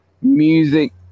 music